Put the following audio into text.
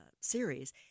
series